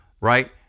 right